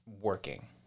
working